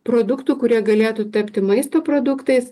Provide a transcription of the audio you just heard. produktų kurie galėtų tapti maisto produktais